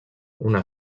una